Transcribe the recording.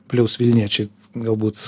plius vilniečiai galbūt